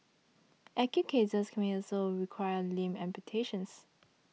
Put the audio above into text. acute cases may also require limb amputations